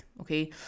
okay